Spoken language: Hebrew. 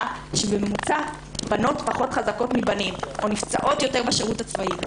שבממוצע בנות פחות חזקות מבנים או נפצעות יותר בשירות הצבאי.